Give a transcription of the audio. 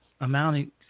amounting